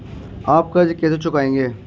आप कर्ज कैसे चुकाएंगे?